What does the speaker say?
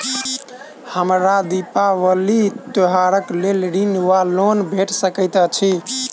हमरा दिपावली त्योहारक लेल ऋण वा लोन भेट सकैत अछि?